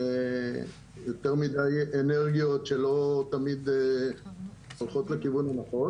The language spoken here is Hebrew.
עם יותר מדי אנרגיות שלא תמיד הולכות לכיוון הנכון.